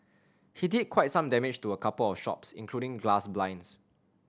he did quite some damage to a couple of shops including glass blinds